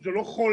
זה לא חולי